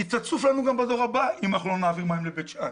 תצוף גם בדור הבא, אם לא נעביר מים לבית שאן.